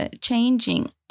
changing